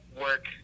work